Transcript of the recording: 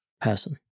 person